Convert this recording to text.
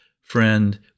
friend